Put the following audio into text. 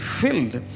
filled